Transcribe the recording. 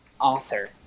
author